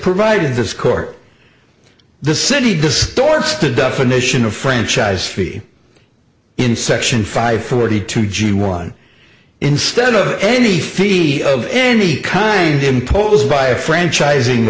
provided this court the city distorts the definition of franchise fee in section five forty two g one instead of any feat of any kind imposed by a franchising